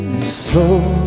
slow